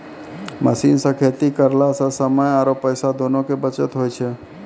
machine सॅ खेती करला स समय आरो पैसा दोनों के बचत होय छै